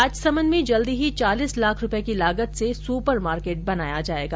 राजसमन्द में जल्दी ही चालीस लाख रुपए की लागत से सुपर मार्केट बनाया जाएगा